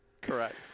Correct